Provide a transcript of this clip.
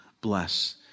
bless